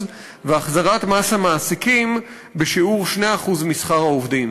והחזרת מס המעסיקים בשיעור 2% משכר העובדים.